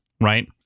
Right